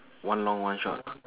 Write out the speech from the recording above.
one long one short